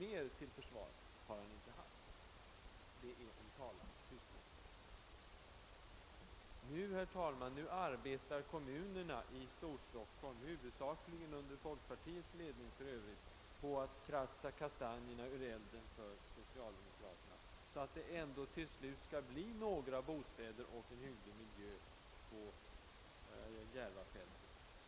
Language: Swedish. Mer till försvar har han inte anfört. Det är en talande tystnad. Nu, herr talman, arbetar kommunerna i Storstockholm — för övrigt huvudsakligen under folkpartiets ledning — på att kratsa kastanjerna ur elden för socialdemokraterna, så att det ändå till slut skall bli några bostäder och en hygglig miljö på Järvafältet.